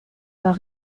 par